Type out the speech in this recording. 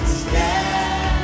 stand